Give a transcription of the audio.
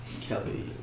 Kelly